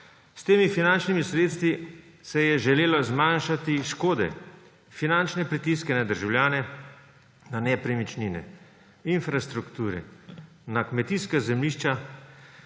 S temi finančnimi sredstvi se je želelo zmanjšati škode, finančne pritiske na državljane, na nepremičnine, infrastrukture, kmetijska zemljišča,